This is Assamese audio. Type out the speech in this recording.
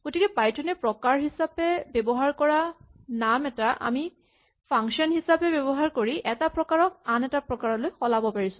গতিকে পাইথন এ প্ৰকাৰ হিচাপে ব্যৱহাৰ কৰা নাম এটা আমি ফাংচন হিচাপে ব্যৱহাৰ কৰি এটা প্ৰকাৰক আন এটালৈ সলাব পাৰিছো